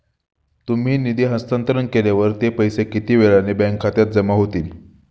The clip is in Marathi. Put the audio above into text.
तुम्ही निधी हस्तांतरण केल्यावर ते पैसे किती वेळाने बँक खात्यात जमा होतील?